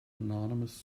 anonymous